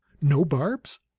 no barbs?